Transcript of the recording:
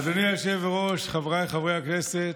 אדוני היושב-ראש, חבריי חברי הכנסת,